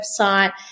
website